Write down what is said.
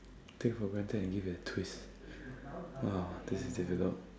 take for granted and give it a twist !wow! this is difficult